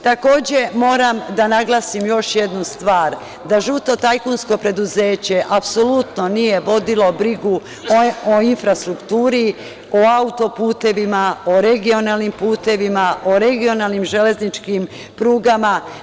Takođe, moram da naglasim još jednu stvar da žuto tajkunsko preduzeće apsolutno nije vodilo brigu o infrastrukturi, o autoputevima, o regionalnim putevima, o regionalnim železničkim prugama.